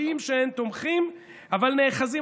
יודעים שאין תומכים אבל נאחזים,